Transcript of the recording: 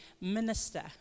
minister